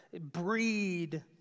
breed